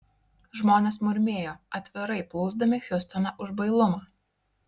žmonės murmėjo atvirai plūsdami hiustoną už bailumą